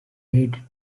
aid